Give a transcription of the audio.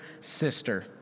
sister